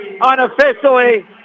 unofficially